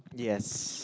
yes